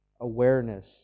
awareness